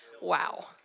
Wow